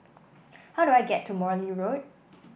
how do I get to Morley Road